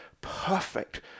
perfect